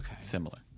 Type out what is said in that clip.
similar